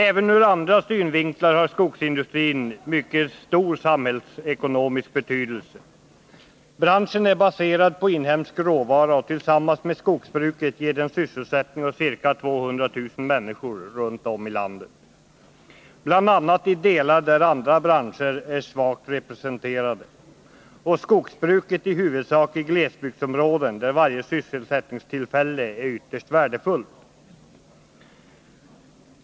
Även ur andra synvinklar har skogsindustrin mycket stor samhällsekonomisk betydelse. Branschen är baserad på inhemsk råvara, och tillsammans med skogsbruket ger den sysselsättning åt ca 200 000 människor runt om i landet, bl.a. i delar där andra branscher är svagt representerade. Och skogsbruket bedrivs i huvudsak i glesbygdsområden där varje sysselsättningstillfälle är ytterst värdefullt.